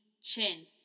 Chin